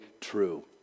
true